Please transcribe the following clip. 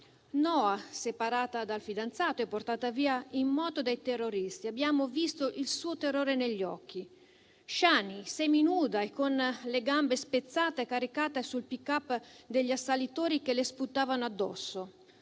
Noa separata dal fidanzato e portata via in moto dei terroristi, abbiamo visto il suo terrore negli occhi; Shani, seminuda e con le gambe spezzate, caricata sul pick-up degli assalitori che le sputavano addosso;